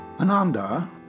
Ananda